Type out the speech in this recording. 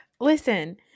listen